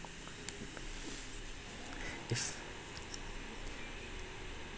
if